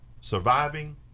surviving